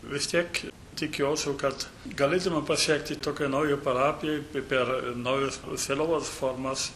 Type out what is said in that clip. vis tiek tikiuosi kad galėtume pasiekti tokioj naujoj parapijoj per naujas savivaldos formas